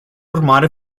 urmare